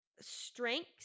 strengths